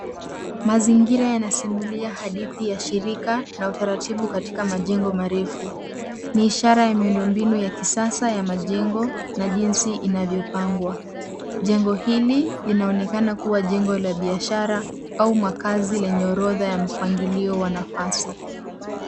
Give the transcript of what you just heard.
Mazingira yanasimulia hadithi ya shirika na utaratibu katika majengo marefu. Ni ishara ya miundo mbinu ya kisasa ya majengo na jinsi inavyopangwa. Jengo hili linaonekana kuwa jengo la biashara au makazi yenye orodha ya mpangilio wa nafasi.